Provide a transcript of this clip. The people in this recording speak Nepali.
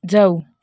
जाऊ